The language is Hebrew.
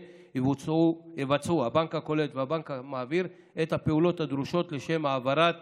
יבצעו הבנק הקולט והבנק המעביר את הפעולות הדרושות לשם העברת